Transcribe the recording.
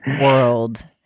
world